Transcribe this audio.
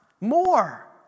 More